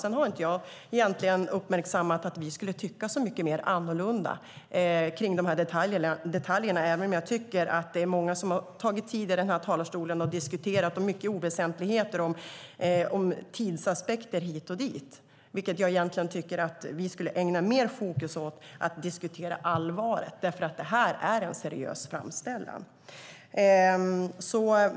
Jag har egentligen inte uppmärksammat att vi tycker så annorlunda kring de här detaljerna, även om jag tycker att det är många som har tagit tid här i talarstolen och diskuterat mycket oväsentligheter om tidsaspekter hit och dit. Jag tycker i stället att vi skulle ägna mer fokus åt att diskutera allvaret, därför att det här är en seriös framställan.